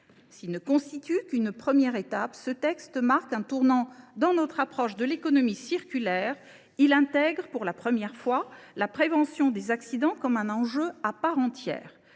S’il ne constitue qu’une première étape, ce texte marque un tournant dans notre approche de l’économie circulaire : il intègre, pour la première fois, la prévention des accidents comme un enjeu à part entière.